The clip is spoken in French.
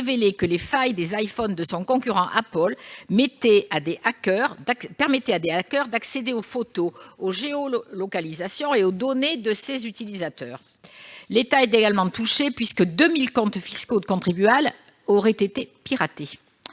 que les failles des iPhone de son concurrent Apple permettaient à des hackers d'accéder aux photos, géolocalisations et données de ses utilisateurs. L'État est également concerné, puisque 2 000 comptes fiscaux de contribuables auraient été piratés.